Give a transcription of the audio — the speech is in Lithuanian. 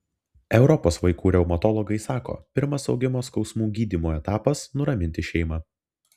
europos vaikų reumatologai sako pirmas augimo skausmų gydymo etapas nuraminti šeimą